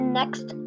next